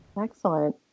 Excellent